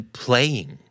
playing